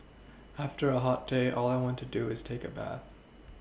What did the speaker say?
after a hot day all I want to do is take a bath